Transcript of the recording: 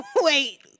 wait